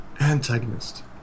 Antagonist